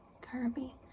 Kirby